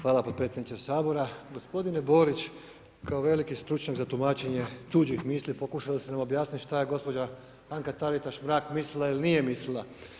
Hvala potpredsjedniče Sabora, gospodine Borić, kao veliki stručnjak za tumačenje tuđih misli pokušali ste na objasniti šta je gospođa Anka Taritaš-Mrak mislila ili nije mislila.